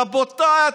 רבותיי,